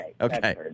Okay